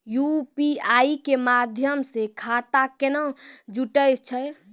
UPI के माध्यम से खाता केना जुटैय छै?